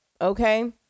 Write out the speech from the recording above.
okay